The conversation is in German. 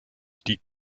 die